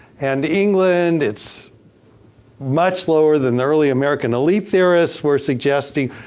and england, it's much lower than early american elite theorists were suggesting.